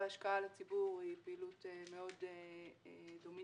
השקעה לציבור היא פעילות מאוד דומיננטית.